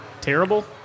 terrible